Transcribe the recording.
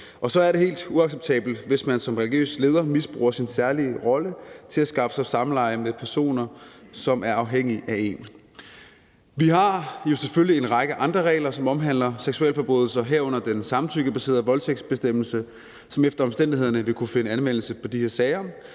Og så er det helt uacceptabelt, hvis man som religiøs leder misbruger sin særlige rolle til at skaffe sig samleje med personer, som er afhængige af en. Vi har jo selvfølgelig en række andre regler, som omhandler seksualforbrydelser, herunder den samtykkebaserede voldtægtsbestemmelse, som efter omstændighederne vil kunne finde anvendelse på de her sager,